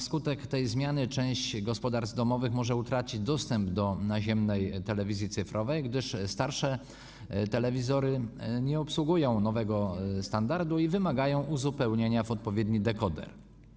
Na skutek tej zmiany część gospodarstw domowych może utracić dostęp do naziemnej telewizji cyfrowej, gdyż starsze telewizory nie obsługują nowego standardu i wymagają uzupełnienia w odpowiedni dekoder.